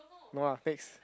no lah paste